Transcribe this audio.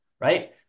Right